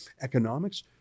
economics